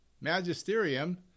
Magisterium